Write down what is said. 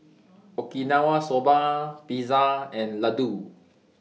Okinawa Soba Pizza and Ladoo